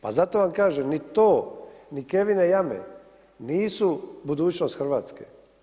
Pa zato vam kažem, ni to, ni Kevine jame nisu budućnost Hrvatske.